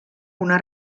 una